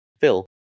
Phil